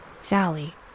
Sally